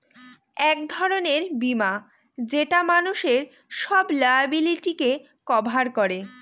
এক ধরনের বীমা যেটা মানুষের সব লায়াবিলিটিকে কভার করে